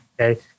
Okay